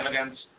evidence